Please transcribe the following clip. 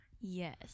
Yes